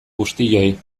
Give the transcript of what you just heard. guztioi